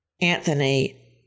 Anthony